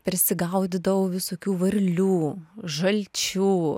prisigaudydavau visokių varlių žalčių